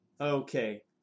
Okay